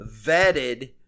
vetted